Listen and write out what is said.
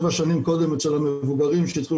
שבע שנים קודם אצל המבוגרים שהתחילו